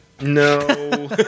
No